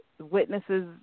Witnesses